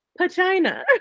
Pachina